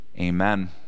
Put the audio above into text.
Amen